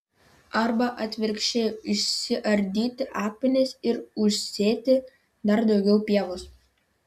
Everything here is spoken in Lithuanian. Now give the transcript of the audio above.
arba atvirkščiai išsiardyti akmenis ir užsėti dar daugiau pievos